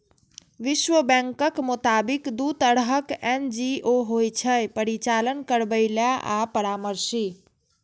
विश्व बैंकक मोताबिक, दू तरहक एन.जी.ओ होइ छै, परिचालन करैबला आ परामर्शी